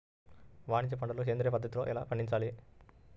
వాణిజ్య పంటలు సేంద్రియ పద్ధతిలో ఎలా పండించాలి?